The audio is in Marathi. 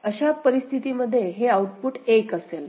अशा परिस्थितीमध्ये हे आउटपुट हे 1 असेल